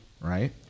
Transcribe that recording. right